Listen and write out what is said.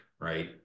right